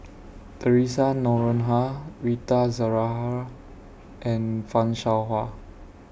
Theresa Noronha Rita and fan Shao Hua